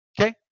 Okay